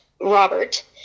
Robert